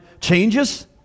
changes